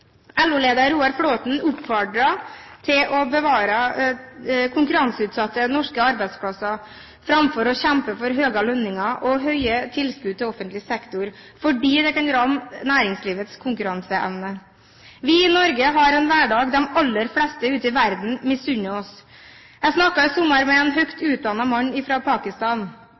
LO-lederen, Roar Flåthen, oppfordrer til å bevare konkurranseutsatte norske arbeidsplasser framfor å kjempe for høyere lønninger og høye tilskudd til offentlig sektor, fordi det kan ramme næringslivets konkurranseevne. Vi i Norge har en hverdag de aller fleste ute i verden misunner oss. Jeg snakket i sommer med en høyt utdannet mann fra Pakistan.